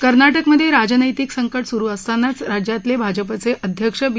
कर्नाटकमध्ये राजनैतिक संकट सुरु असतानाच राज्यातले भाजपचे अध्यक्ष बी